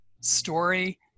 story